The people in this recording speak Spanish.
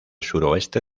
suroeste